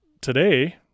today